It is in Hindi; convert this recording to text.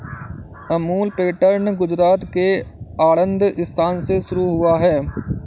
अमूल पैटर्न गुजरात के आणंद स्थान से शुरू हुआ है